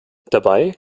dabei